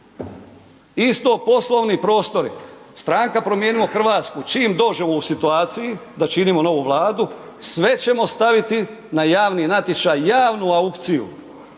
Isto poslovni prostori. Stranka Promijenimo Hrvatsku čim dođe u ovu situaciju, da činimo novu Vladu, sve ćemo staviti na javni natječaj, javnu aukciju.